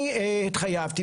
אני התחייבתי,